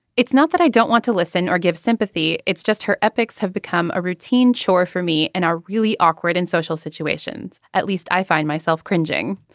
it's not that i don't want to listen or give sympathy. it's just her epics have become a routine chore for me and are really awkward in social situations. at least i find myself cringing.